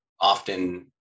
often